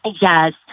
Yes